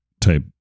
type